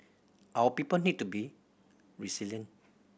our people need to be resilient